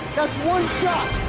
that's one shot.